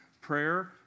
Prayer